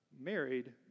married